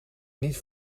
niet